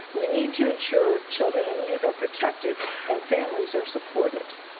we need to ensure children and youth are protected and families are supported.